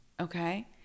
okay